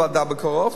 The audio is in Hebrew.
לוועדה בקרוב.